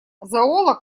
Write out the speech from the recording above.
зоолог